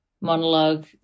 monologue